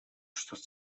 что